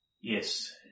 Yes